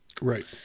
Right